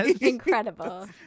incredible